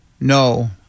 no